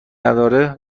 نداره